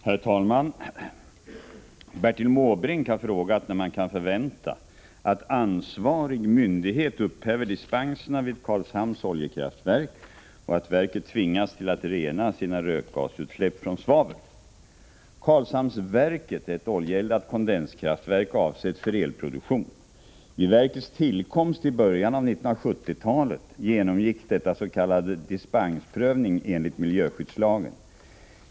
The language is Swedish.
Herr talman! Bertil Måbrink har frågat när man kan förvänta att ansvarig myndighet upphäver dispenserna vid Karlshamns oljekraftverk och att verket tvingas till att rena sina rökgasutsläpp från svavel. Karlshamnsverket är ett oljeeldat kondenskraftverk avsett för elproduktion. Vid verkets tillkomst i början av 1970-talet genomgick detta s.k. dispensprövning enligt miljöskyddslagen.